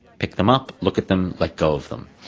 pick them up, look at them, let go of them.